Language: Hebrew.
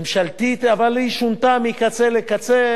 ממשלתית, אבל היא שונתה מקצה לקצה.